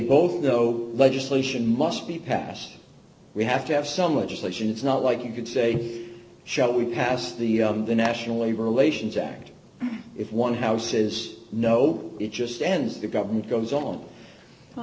both know legislation must be passed we have to have some legislation it's not like you can say shall we pass the national labor relations act if one house is know it just ends the government goes on